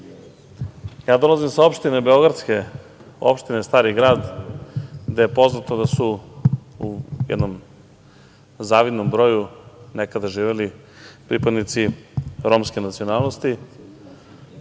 dolazim sa beogradske opštine, opštine Stari Grad, gde je poznato da su u jednom zavidnom broju nekada živeli pripadnici romske nacionalnosti